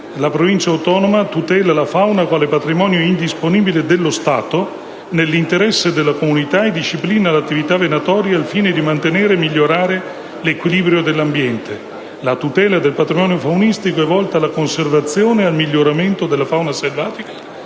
«La Provincia autonoma di Trento tutela la fauna quale patrimonio indisponibile dello Stato nell'interesse della comunità e disciplina l'attività venatoria al fine di mantenere e migliorare l'equilibrio dell'ambiente». E poi: «La tutela del patrimonio faunistico è volta alla conservazione ed al miglioramento della fauna selvatica,